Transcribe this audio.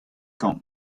kant